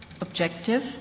objective